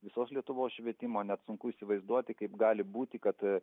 visos lietuvos švietimo net sunku įsivaizduoti kaip gali būti kad